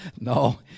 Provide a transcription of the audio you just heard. No